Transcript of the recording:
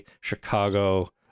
Chicago